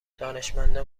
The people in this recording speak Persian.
دانشمندا